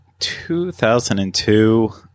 2002